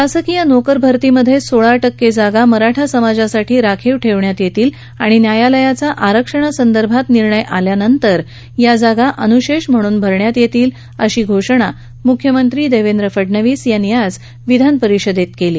शासकीय नोकर भरतीमध्ये सोळा टक्के जागा मराठा समाजासाठी राखीव ठेवण्यात येतील आणि न्यायालयाचा आरक्षणासंदर्भात निर्णय आल्यानंतर या जागा अनुशेष म्हणून भरण्यात येतील अशी घोषणा मुख्यमंत्री देवेंद्र फडणवीस यांनी आज विधानपरिषदेत केली